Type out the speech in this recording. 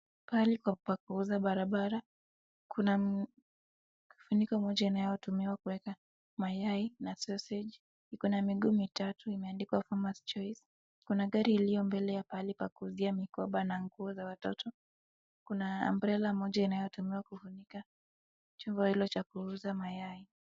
Pahali pakuuza barabara kuna funiko moja inayotumika kuweka mayai na sausage . Iko na miguu mitatu imeandikwa 'Farmers Choice'. Kuna gari iliyo mbele ya pahali pa kuuzia mikoba na nguo za watoto. Kuna umbrella moja inayotumika kufunika chombo hicho cha kuuzia mayai.